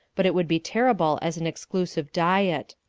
but it would be terrible as an exclusive diet.